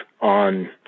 on